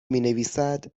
مینویسد